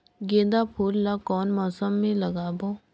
गेंदा फूल ल कौन मौसम मे लगाबो?